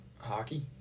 hockey